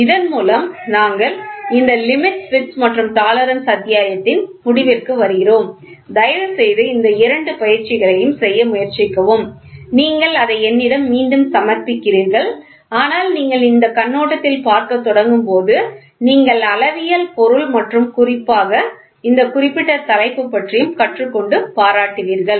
இதன் மூலம் நாங்கள் இந்த லிமிட்ஸ் பிட்ஸ் மற்றும் டாலரன்ஸ் அத்தியாயத்தின் முடிவிற்கு வருகிறோம் தயவுசெய்து இந்த இரண்டு பயிற்சிகளையும் செய்ய முயற்சிக்கவும் நீங்கள் அதை என்னிடம் மீண்டும் சமர்ப்பிக்கிறீர்கள் ஆனால் நீங்கள் இந்த கண்ணோட்டத்தில் பார்க்கத் தொடங்கும் போது நீங்கள் அளவியல் பொருள் மற்றும் குறிப்பாக இந்த குறிப்பிட்ட தலைப்பு பற்றியும் கற்றுக் கொண்டு பாராட்டுவீர்கள்